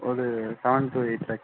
ஒரு seven to eight lakhs